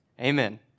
Amen